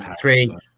three